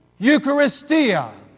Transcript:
Eucharistia